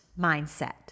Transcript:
mindset